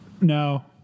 No